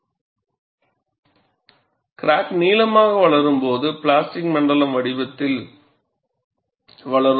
plastic wake crack நீளமாக வளரும்போது plastic மண்டலமும் வடிவத்தில் வளரும்